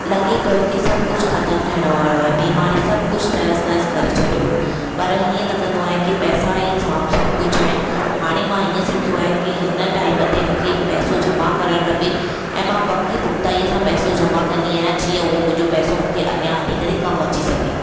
लॻे पियो की सभु कुझु खतमु थियणो वारो आहे बीमारी सभु कुझु तहस नहस करे छ्ॾयो हो पर हीअं लॻंदो आहे की पैसा ई जाम सभु कुझु आहिनि हाणें मां हीअं सिखियो आहे की हिन टाइम ते मूंखे पैसो जमा करणु खपे ऐं मां पकी पुखताई सां पैसो जमा कंदी आहियां जीअं उहो मुंहिंजो पैसो मूंखे अॻियां हली करे कमु अची सघे